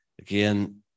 again